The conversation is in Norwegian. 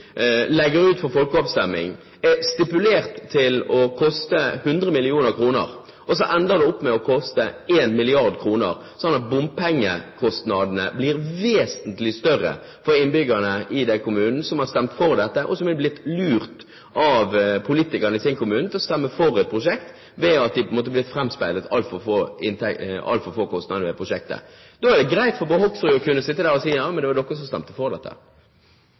legger ut for folkeavstemning, er stipulert til å koste 100 mill. kr, og så ender det opp med å koste 1 mrd. kr, sånn at bompengekostnadene blir vesentlig større for innbyggerne i den kommunen som har stemt for dette, og som er blitt lurt av politikerne i sin kommune til å stemme for prosjektet ved at de på en måte er blitt forespeilet altfor få kostnader ved prosjektet, er det da greit for Bård Hoksrud å kunne sitte der og si at ja, men det var dere som stemte